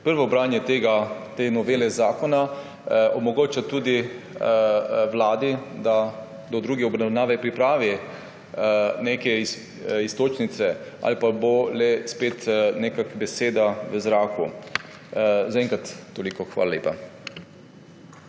prvo branje te novele zakona, omogoča tudi Vladi, da do druge obravnave pripravi neke iztočnice, ali pa bo nekako spet le beseda v zraku. Zaenkrat toliko. Hvala lepa.